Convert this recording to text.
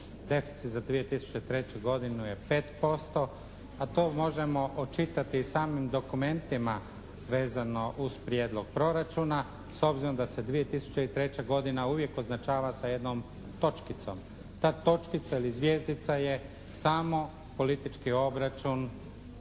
Deficit za 2003. godinu je 5%, a to možemo očitati i samim dokumentnima vezano uz Prijedlog proračuna s obzirom da se 2003. godina uvijek označava sa jednom točkicom. Ta točkica ili zvjezdica je samo politički obračun